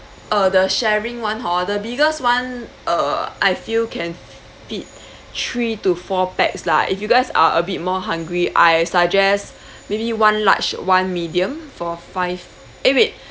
uh the sharing one hor the biggest one uh I feel can feed three to four pax lah if you guys are a bit more hungry I suggest maybe one large one medium for five eh wait